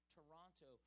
Toronto